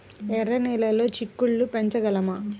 ఎర్ర నెలలో చిక్కుళ్ళు పెంచగలమా?